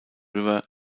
river